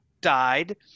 died